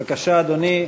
בבקשה, אדוני.